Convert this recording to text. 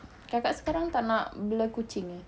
kakak sekarang tak nak bela kucing eh